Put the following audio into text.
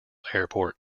airport